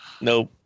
Nope